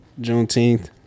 Juneteenth